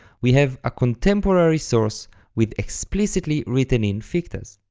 we have a contemporary source with explicitly written-in fictas.